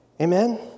Amen